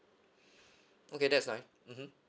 okay that's nice mmhmm